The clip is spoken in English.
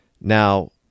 Now